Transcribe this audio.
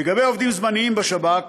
לגבי עובדים זמניים בשב"כ,